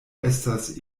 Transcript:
estas